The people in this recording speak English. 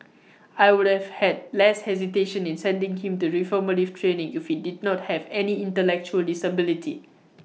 I would have had less hesitation in sending him to reformative training if he did not have any intellectual disability